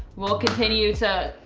we'll continue to,